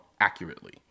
accurately